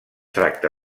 tracta